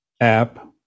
app